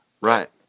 Right